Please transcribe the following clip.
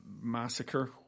massacre